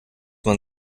man